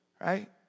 Right